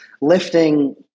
lifting